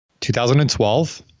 2012